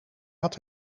had